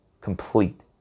complete